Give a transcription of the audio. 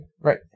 Right